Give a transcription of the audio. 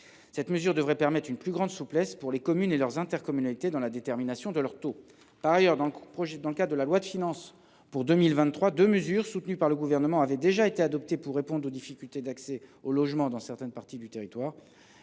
Cette mesure devrait donner une plus grande souplesse aux communes et à leurs intercommunalités dans la détermination de leurs taux. Par ailleurs, dans le cadre de la loi de finances pour 2023, deux mesures soutenues par le Gouvernement avaient déjà été adoptées pour répondre aux difficultés d’accès aux logements dans certaines parties du territoire